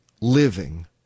living